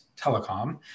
telecom